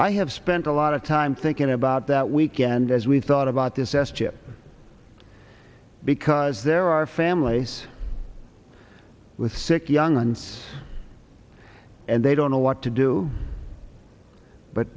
i have spent a lot of time thinking about that weekend as we thought about this s chip because there are families with sick young ones and they don't know what to do but